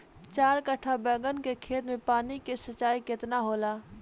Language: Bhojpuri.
चार कट्ठा बैंगन के खेत में पानी के सिंचाई केतना होला?